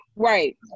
Right